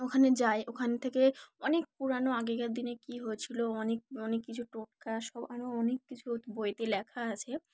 ওখানে যাই ওখান থেকে অনেক পুরানো আগেকার দিনে কী হয়েছিলো অনেক অনেক কিছু টোটকা সব আরও অনেক কিছু বইতে লেখা আছে